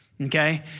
okay